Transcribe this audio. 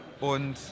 Und